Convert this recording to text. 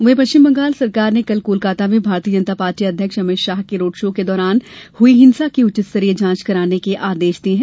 वहीं पश्चिम बंगाल सरकार ने कल कोलकाता में भारतीय जनता पार्टी अध्यक्ष अमित शाह के रोड शो के दौरान हुई हिंसा की उच्च स्तरीय जांच कराने के आदेश दिये हैं